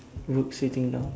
work sitting down